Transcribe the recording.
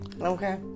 Okay